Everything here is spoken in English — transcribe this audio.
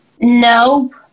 No